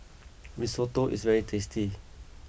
Risotto is very tasty